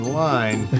line